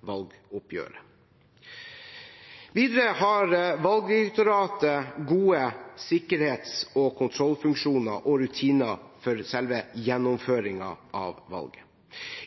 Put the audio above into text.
valgoppgjøret. Videre har Valgdirektoratet gode sikkerhets- og kontrollfunksjoner og -rutiner for selve gjennomføringen av valg.